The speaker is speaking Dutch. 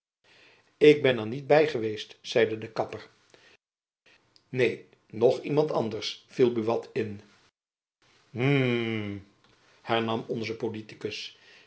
ik ben er niet by geweest zeide de kapper neen noch iemand anders viel buat in hm hernam onze politikus